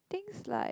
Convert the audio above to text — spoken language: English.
things like